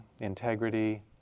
integrity